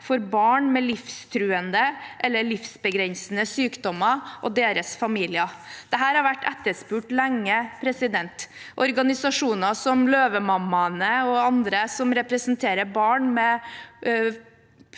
til barn med livstruende eller livsbegrensende sykdommer og deres familier. Dette har vært etterspurt lenge. Organisasjoner som Løvemammaene og andre som representerer barn med